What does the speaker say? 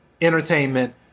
entertainment